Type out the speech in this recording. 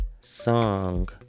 song